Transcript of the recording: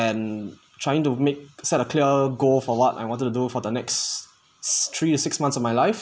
and trying to make set a clear goal for what I wanted to do for the next three to six months of my life